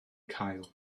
cael